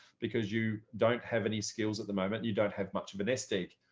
because you don't have any skills at the moment, you don't have much of an estate,